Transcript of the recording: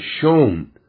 shown